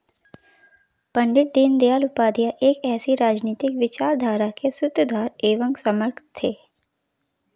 पण्डित दीनदयाल उपाध्याय एक ऐसी राजनीतिक विचारधारा के सूत्रधार एवं समर्थक थे